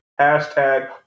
Hashtag